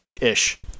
Ish